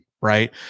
right